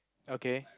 okay